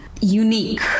unique